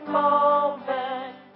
moment